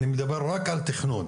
אני מדבר רק על תכנון,